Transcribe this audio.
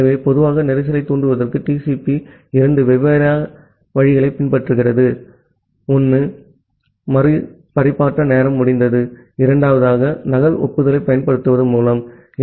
ஆகவே பொதுவாக கஞ்சேஸ்ன் தூண்டுவதற்கு TCP இரண்டு வெவ்வேறு வழிகளைப் பின்பற்றுகிறது ஒன்று மறு பரிமாற்ற நேரம் முடிந்தது இரண்டாவதாக நகல் ஒப்புதலைப் பயன்படுத்துவதன் மூலம் ஆகும்